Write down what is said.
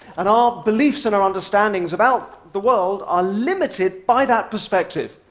and our beliefs and our understandings about the world are limited by that perspective,